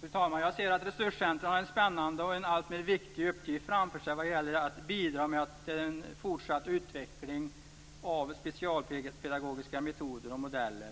Fru talman! Resurscentrumen har en spännande och alltmer viktig uppgift framför sig vad gäller att bidra till en fortsatt utveckling av specialpedagogiska metoder och modeller.